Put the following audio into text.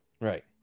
right